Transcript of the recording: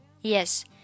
Yes